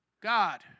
God